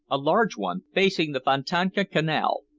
a large one facing the fontanka canal,